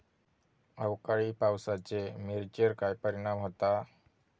अवकाळी पावसाचे मिरचेर काय परिणाम होता?